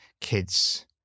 kids